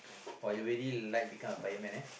!woah! you really like become a fireman lah